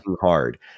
hard